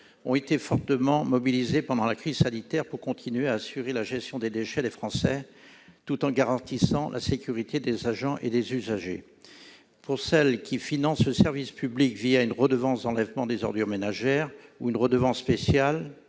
ont été fortement mobilisées pendant la crise sanitaire, pour continuer à assurer la gestion des déchets des Français tout en garantissant la sécurité des agents et des usagers. Pour celles qui financent ce service public une redevance d'enlèvement des ordures ménagères ou une redevance spéciale